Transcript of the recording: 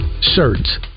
shirts